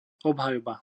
obhajoba